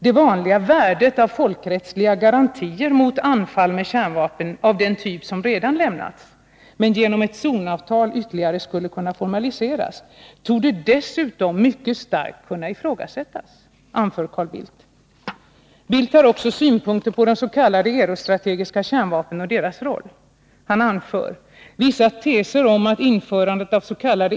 ”Det vanliga värdet av folkrättsliga garantier mot anfall med kärnvapen av den typ som redan lämnats, men genom ett zonavtal ytterligare skulle kunna formaliseras, torde dessutom mycket starkt kunna ifrågasättas”, anför herr Bildt. Carl Bildt har också synpunkter på de s.k. eurostrategiska kärnvapnen och deras roll. Han anför: ”Vissa teser om att införandet avs.k.